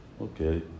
Okay